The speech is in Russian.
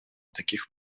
таких